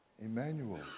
Emmanuel